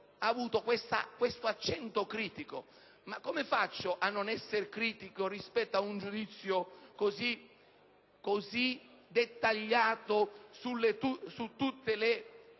avuto questo accento critico. Ma come faccio a non essere critico rispetto a un giudizio così dettagliato su tutte le